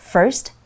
First